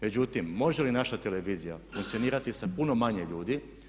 Međutim, može li naša televizija funkcionirati sa puno manje ljudi?